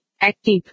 active